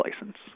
license